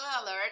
alert